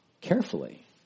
carefully